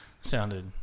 sounded